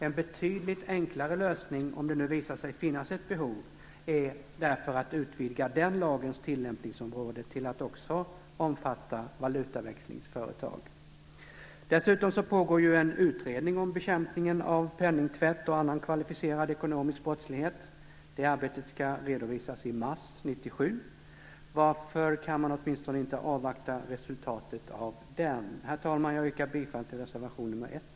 En betydligt enklare lösning, om det nu visar sig finnas ett behov, är därför att utvidga den lagens tillämpningsområde till att också omfatta valutaväxlingsföretag. Dessutom pågår det ju en utredning om bekämpningen av penningtvätt och annan kvalificerad ekonomisk brottslighet. Det arbetet skall redovisas i mars 1997. Varför kan man inte åtminstone avvakta resultatet av den? Herr talman! Jag yrkar bifall till reservation nr 1.